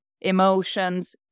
emotions